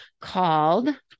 called